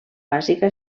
bàsica